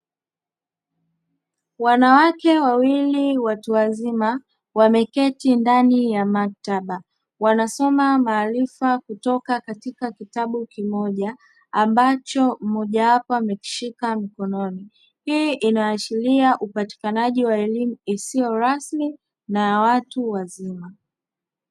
Wanawake wawili watu wazima wameketi ndani ya maktaba, wanasoma maarifa kutoka katika kitabu kimoja ambacho mmojawapo amekishika mkononi. Hii inaashiria upatikanaji wa elimu isiyo rasmi na ya watu wazima.